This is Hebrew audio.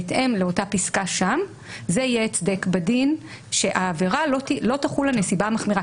בהתאם לאותה פיסקה שם יהיה הצדק בדין שלא תחול הנסיבה המחמירה.